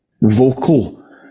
vocal